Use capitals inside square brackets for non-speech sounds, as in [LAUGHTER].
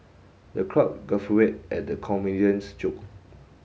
the crowd [UNINTELLIGIBLE] at the comedian's joke